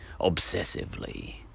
obsessively